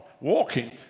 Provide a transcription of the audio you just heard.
walking